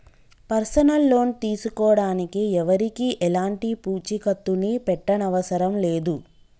personal loan తీసుకోడానికి ఎవరికీ ఎలాంటి పూచీకత్తుని పెట్టనవసరం లేదు